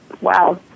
Wow